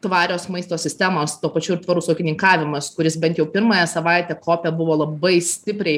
tvarios maisto sistemos tuo pačiu ir tvarus ūkininkavimas kuris bent jau pirmąją savaitę kope buvo labai stipriai